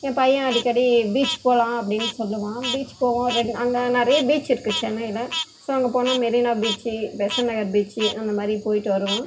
என் பையன் அடிக்கடி பீச் போகலாம் அப்படின் சொல்வான் பீச் போவோம் ஒரு ரெண் அங்கே நிறைய பீச் இருக்குது சென்னையில் ஸோ அங்கே போனால் மெரினா பீச்சி பெசன்ட் நகர் பீச்சி அந்த மாதிரி போய்விட்டு வருவோம்